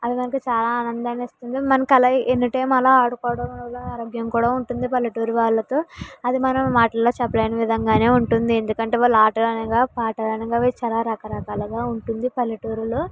అది చాలా ఆనందాన్నిస్తుంది మనకి అలా ఎనీ టైమ్ అలా ఆడుకోవడం ఆరోగ్యం కూడా ఉంటుంది పల్లెటూరు వాళ్ళతో అది మనం మాటల్లో చెప్పలేని విధంగా ఉంటుంది ఎందుకంటే ఆటలనగా పాటలనగా చాలా రకరకాలుగా ఉంటుంది పల్లెటూరిలో